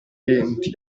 denti